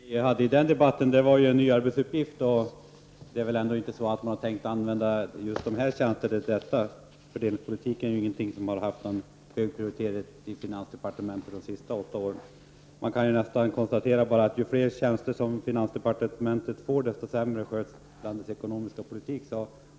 Herr talman! Det som då diskuterades var en ny arbetsuppgift. Man hade väl inte tänkt att använda just dessa tjänster till denna arbetsuppgift. Fördelningspolitik är inte någonting som haft någon hög prioritet i finansdepartementet under de senaste åtta åren. Man kan konstatera att ju fler tjänster som finansdepartementet tillförs, desto sämre sköts landets ekonomiska politik.